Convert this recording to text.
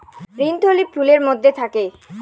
ভ্রূণথলি ফুলের মধ্যে থাকে